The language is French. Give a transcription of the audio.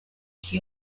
qui